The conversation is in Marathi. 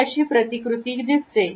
आपली अशी प्रतिकृती दिसते